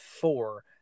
four